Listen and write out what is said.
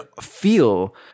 feel